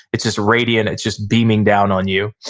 it's just radiant it's just beaming down on you.